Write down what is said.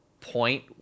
point